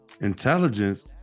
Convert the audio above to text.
Intelligence